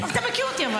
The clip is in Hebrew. אבל אתה מכיר אותי.